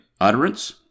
utterance